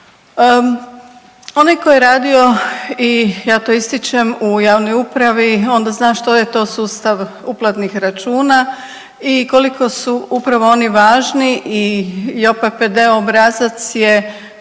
Onaj tko je radio i ja to ističem u javnoj upravi onda zna što je to sustav uplatnih računa i koliko su upravo oni važni i JOPPD obrazac je